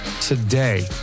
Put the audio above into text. today